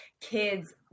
kids